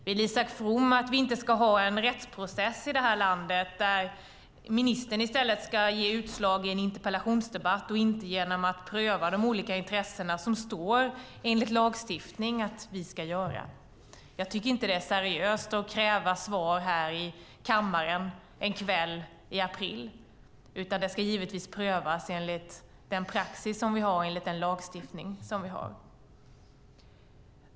Vill Isak From att vi inte ska ha en rättsprocess i detta land, där ministern i stället ska ge utslag i en interpellationsdebatt och inte genom att pröva de olika intressena, som vi ska göra enligt lagstiftningen? Jag tycker inte att det är seriöst att kräva svar här i kammaren en kväll i april, utan det ska givetvis prövas enligt den praxis och den lagstiftning som vi har.